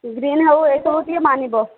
green ହେଉ ଏସବୁ ଟିକିଏ ମାନିବ